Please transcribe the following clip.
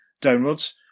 downwards